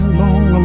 long